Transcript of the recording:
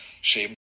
shame